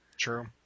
True